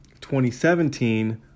2017